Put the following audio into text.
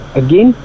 again